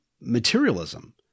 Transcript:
materialism